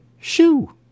Shoo